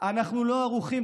אנחנו לא ערוכים.